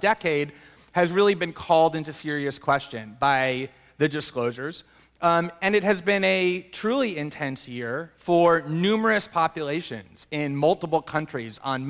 decade has really been called into serious question by the disclosures and it has been a truly intense year for numerous populations in multiple countries on